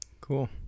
Cool